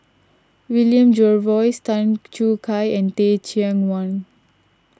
William Jervois Tan Choo Kai and Teh Cheang Wan